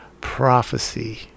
prophecy